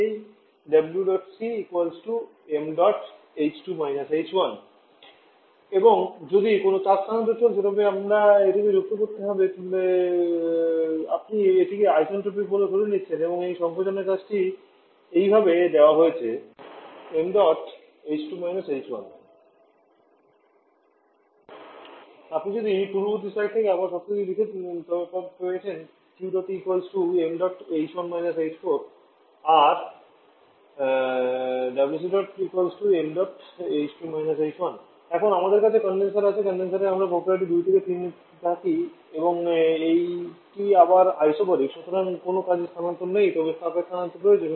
এটাই এবং যদি কোনও তাপ স্থানান্তর চলছে তবে আমাদের এটিকে যুক্ত করতে হবে তবে আপনি এটিকে আইসেন্ট্রোপিক বলে ধরে নিচ্ছেন এবং তাই এই সংকোচনের কাজটি এইভাবে দেওয়া হয়েছে আপনি যদি পূর্ববর্তী স্লাইড থেকে আবার শর্তাদি লিখেন তবে পেয়েছেন আর এখন আমাদের কাছে কনডেনসার রয়েছে কনডেনসারে আমরা প্রক্রিয়াটি 2 থেকে 3 তে থাকি এবং এটি আবার আইসোবারিক সুতরাং কোনও কাজের স্থানান্তর নেই তবে তাপ স্থানান্তর রয়েছে